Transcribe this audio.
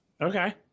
Okay